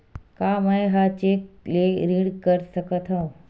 का मैं ह चेक ले ऋण कर सकथव?